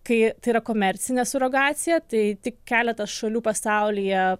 kai tai yra komercinė surogacija tai tik keletas šalių pasaulyje